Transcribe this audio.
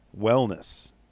wellness